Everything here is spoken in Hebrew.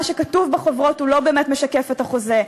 מה שכתוב בחוברות לא באמת משקף את החוזה.